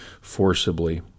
forcibly